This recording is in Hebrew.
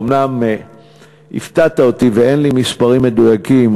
אומנם הפתעת אותי ואין לי מספרים מדויקים,